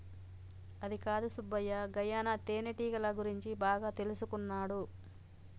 అదికాదు సుబ్బయ్య గాయన తేనెటీగల గురించి బాగా తెల్సుకున్నాడు